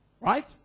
Right